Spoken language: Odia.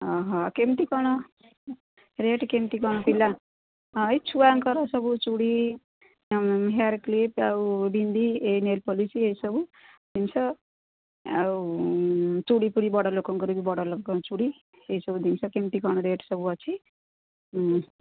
ଅ ହ କେମ୍ତି କ'ଣ ରେଟ୍ କେମିତି କ'ଣ ପିଲା ହଁ ଏଇ ଛୁଆଙ୍କର ସବୁ ଚୁଡ଼ି ହେୟାରକ୍ଲିପ୍ ଆଉ ବିନ୍ଦି ଏ ନେଲପଲିସି ଏସବୁ ଜିନିଷ ଆଉ ଚୁଡ଼ି ଫୁଡ଼ି ବଡ଼ ଲୋକଙ୍କର ବି ବଡ଼ ଲୋକଙ୍କ ଚୁଡ଼ି ଏସବୁ ଜିନିଷ କେମିତି କ'ଣ ରେଟ୍ ସବୁ ଅଛି